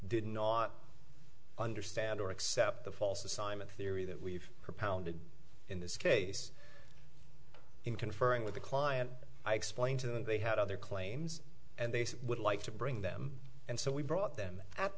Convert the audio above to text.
did not understand or accept the false assignment theory that we've propounded in this case in conferring with the client i explained to them they had other claims and they would like to bring them and so we brought them at